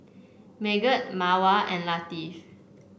Megat Mawar and Latif